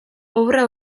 obra